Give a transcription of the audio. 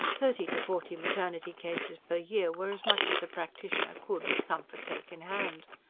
thirty to forty maternity cases per year were as much as a practitioner could with comfort take in hand.